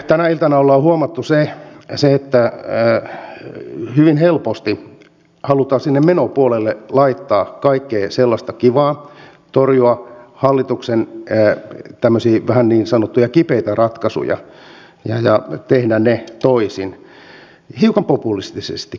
tänä iltana ollaan huomattu se että hyvin helposti halutaan sinne menopuolelle laittaa kaikkea sellaista kivaa torjua hallituksen tämmöisiä vähän niin sanottuja kipeitä ratkaisuja ja tehdä ne toisin hiukan populistisestikin